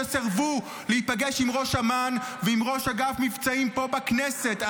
שסירבו להיפגש עם ראש אמ"ן ועם ראש אגף מבצעים פה בכנסת.